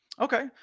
Okay